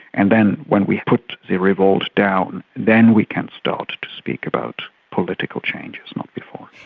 and then when we've put the revolt down, then we can start to speak about political changes, not before.